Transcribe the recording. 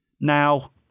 Now